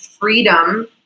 freedom